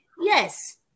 Yes